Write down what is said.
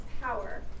power